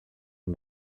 and